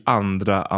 andra